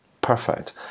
Perfect